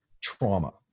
trauma